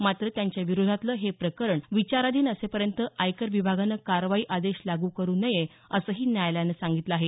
मात्र त्यांच्याविरोधातलं हे प्रकरण विचाराधीन असेपर्यंत आयकर विभागानं कारवाई आदेश लागू करु नये असंही न्यायालयानं सांगितलं आहे